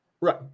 right